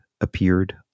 appeared